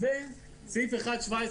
סעיף 1(17),